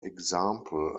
example